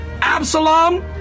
Absalom